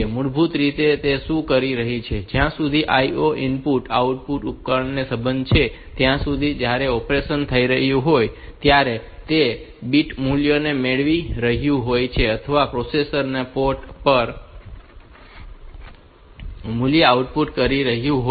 મૂળભૂત રીતે તે શું કહે છે કે જ્યાં સુધી IO ઇનપુટ આઉટપુટ ઉપકરણ નો સંબંધ છે ત્યાં સુધી જ્યારે ઑપરેશન થઈ રહ્યું હોય ત્યારે તે 8 બીટ મૂલ્યો મેળવી રહ્યું હોય છે અથવા પ્રોસેસર પોર્ટ પર 8 બીટ મૂલ્ય આઉટપુટ કરી રહ્યું હોય છે